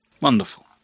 Wonderful